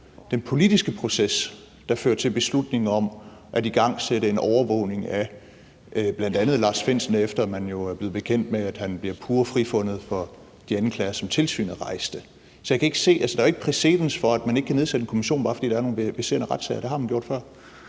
den politiske proces, der fører til beslutningen om at igangsætte en overvågning af bl.a. Lars Findsen, efter at man jo blev bekendt med, at han var blevet pure frifundet for de anklager, som tilsynet rejste. Så der er jo ikke præcedens for, at man ikke kan nedsætte en kommission, bare fordi der er nogle verserende retssager; det har man gjort før.